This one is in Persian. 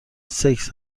سکس